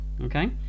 Okay